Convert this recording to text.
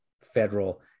federal